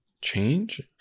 change